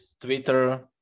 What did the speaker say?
Twitter